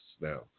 now